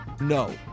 no